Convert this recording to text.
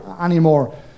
anymore